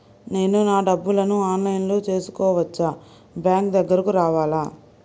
నేను నా డబ్బులను ఆన్లైన్లో చేసుకోవచ్చా? బ్యాంక్ దగ్గరకు రావాలా?